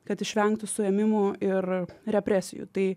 kad išvengtų suėmimų ir represijų tai